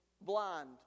blind